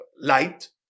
light